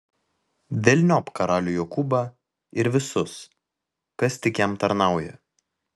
velniop karalių jokūbą ir visus kas tik jam tarnauja